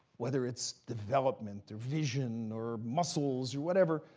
whether it's development or vision or muscles or whatever,